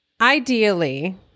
Ideally